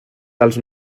dels